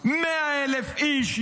100,000 איש,